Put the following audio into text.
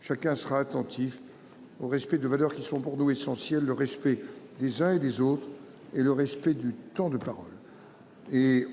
Chacun sera attentif au respect de valeurs qui sont pour nous essentielles. Le respect des uns et des autres et le respect du temps de parole. Et.